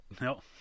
No